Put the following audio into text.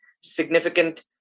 significant